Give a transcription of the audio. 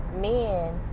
men